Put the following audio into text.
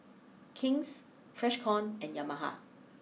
King's Freshkon and Yamaha